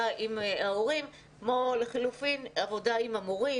עם ההורים כמו לחילופין עבודה עם המורים,